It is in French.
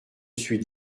suis